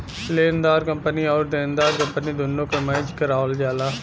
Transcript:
लेनेदार कंपनी आउर देनदार कंपनी दुन्नो के मैच करावल जाला